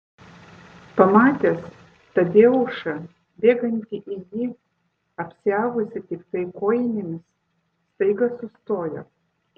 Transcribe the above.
pamatęs tadeušą bėgantį į jį apsiavusį tiktai kojinėmis staiga sustojo